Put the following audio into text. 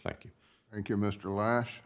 thank you thank you mr las